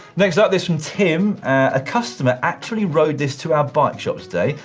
next up, this from tim. a customer actually rode this to our bike shop today.